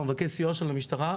הוא מבקש סיוע של המשטרה,